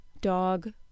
dog